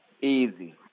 Easy